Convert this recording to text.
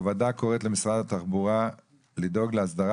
הוועדה קוראת למשרד התחבורה לדאוג להסדרה